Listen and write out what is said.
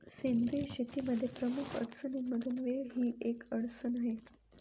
सेंद्रिय शेतीमध्ये प्रमुख अडचणींमधून वेळ ही एक अडचण आहे